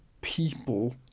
people